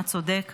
הצודק,